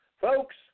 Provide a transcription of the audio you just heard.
folks